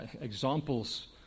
examples